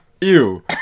ew